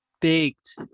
baked